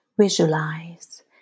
visualize